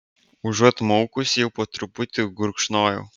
užuot maukusi jau po truputį gurkšnojau